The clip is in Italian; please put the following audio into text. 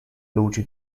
luce